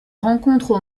rencontres